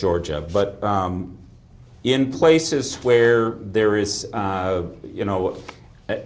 georgia but in places where there is you know that